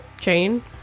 chain